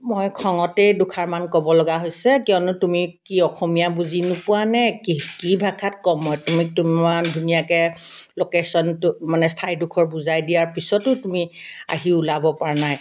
মই খঙতেই দুষাৰমান ক'ব লগা হৈছে কিয়নো তুমি কি অসমীয়া বুজি নোপোৱা নে কি কি ভাষাত ক'ম ইমান ধুনীয়াকৈ লোকেশ্য়নটো মানে ঠাইডোখৰ বুজাই দিয়াৰ পিছতো তুমি আহি ওলাব পৰা নাই